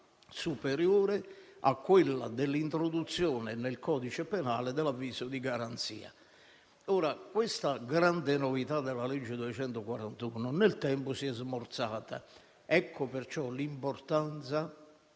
superiore a quella dell'introduzione nel codice penale dell'avviso di garanzia. Questa grande novità introdotta nella legge n. 241 nel tempo si è smorzata; ecco perciò l'importanza